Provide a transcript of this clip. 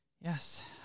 Yes